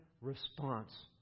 response